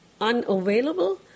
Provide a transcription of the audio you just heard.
unavailable